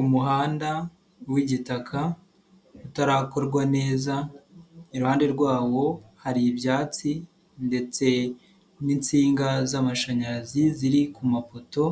Umuhanda w'igitaka utarakorwa neza, iruhande rwawo hari ibyatsi ndetse n'insinga z'amashanyarazi ziri ku mapoto